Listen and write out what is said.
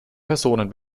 personen